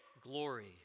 glory